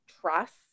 trust